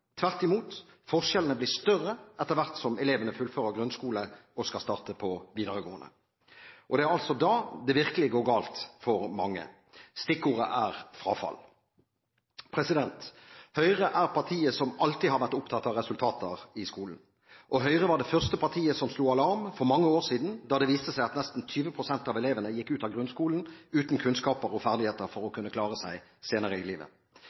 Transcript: Tvert imot: Forskjellene blir større etter hvert som elevene fullfører grunnskole og skal starte på videregående. Det er altså da det virkelig går galt for mange. Stikkordet er frafall. Høyre er partiet som alltid har vært opptatt av resultater i skolen. Høyre var det første partiet som slo alarm for mange år siden, da det viste seg at nesten 20 pst. av elevene gikk ut av grunnskolen uten kunnskaper og ferdigheter for å kunne klare seg senere i livet.